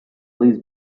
these